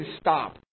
stop